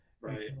Right